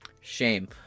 Shame